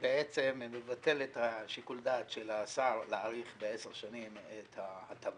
שבעצם מבטל את שיקול הדעת של השר להאריך בעשר שנים את ההטבה.